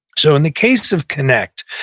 so in the case of connect,